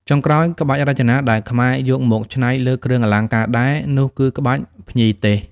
ចុងក្រោយ ក្បាច់រចនាដែលខ្មែរយកមកច្នៃលើគ្រឿងអលង្ការដែរ នោះគឺក្បាច់ភ្ញីទេស។